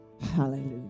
Hallelujah